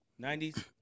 90s